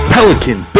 Pelican